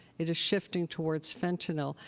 it is shifting towards fentanyl.